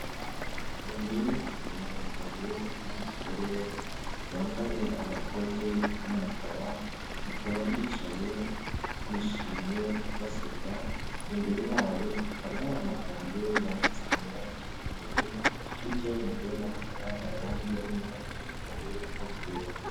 Uyu ni umugabo n'umugore bambaye amakote y'umukara bakaba bicaye bishimye baseka, imbere yabo hakaba ari amagambo yanditse mu ibara ry'umweru hirya y'umugore hakaba hari ayandi ari mu ibara ry'umweru n'ubururu.